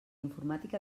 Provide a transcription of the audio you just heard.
informàtic